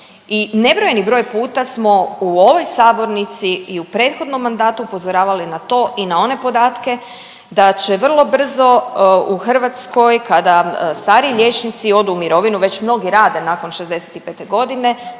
i nebrojeni broj puta smo u ovoj sabornici i u prethodnom mandatu upozoravali na to i na one podatke da će vrlo brzo u Hrvatskoj kada stariji liječnici odu u mirovinu, već mnogi rade nakon 65-e godine,